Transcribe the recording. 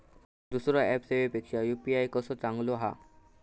दुसरो ऍप सेवेपेक्षा यू.पी.आय कसो चांगलो हा?